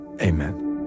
amen